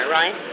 right